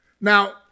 Now